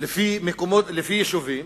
לפי יישובים,